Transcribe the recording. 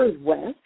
West